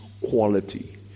quality